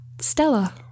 Stella